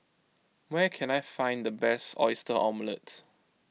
where can I find the best Oyster Omelette